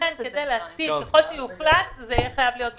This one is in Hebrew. לכן ככל שיוחלט לתת זה יהיה חייב להיות בחקיקה.